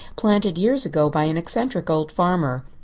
planted years ago by an eccentric old farmer.